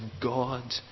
God